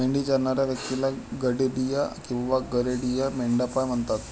मेंढी चरणाऱ्या व्यक्तीला गडेडिया किंवा गरेडिया, मेंढपाळ म्हणतात